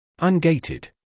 Ungated